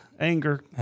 Anger